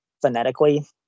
phonetically